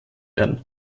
werden